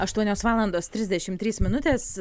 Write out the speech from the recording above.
aštuonios valandos trisdešimt trys minutės